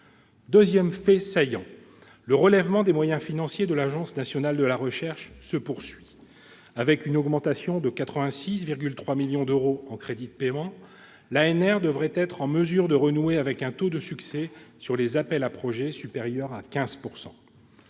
en 2019. Par ailleurs, le relèvement des moyens financiers de l'Agence nationale de la recherche, l'ANR, se poursuit. Avec une augmentation de 86,3 millions d'euros en crédits de paiement, l'agence devrait être en mesure de renouer avec un taux de succès sur les appels à projets supérieur à 15 %.